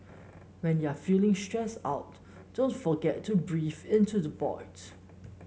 when you are feeling stressed out don't forget to breathe into the void